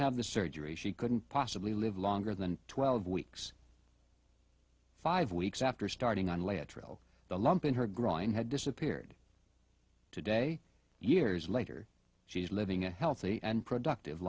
have the surgery she couldn't possibly live longer than twelve weeks five weeks after starting on lay a trail the lump in her groin had disappeared today years later she's living a healthy and productive